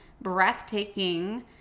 breathtaking